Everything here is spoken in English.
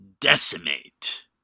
decimate